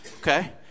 okay